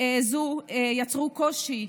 זו יצרו קושי,